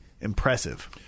impressive